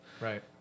Right